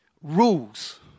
rules